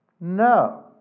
No